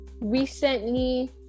recently